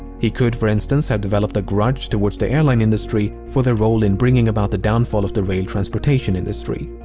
he could, for instance, have developed a grudge towards the airline industry for their role in bringing about the downfall of the rail transportation industry.